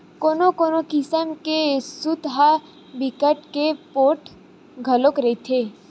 कोनो कोनो किसम के सूत ह बिकट के पोठ घलो रहिथे